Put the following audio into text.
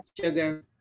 Sugar